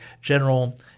general –